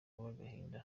n’agahinda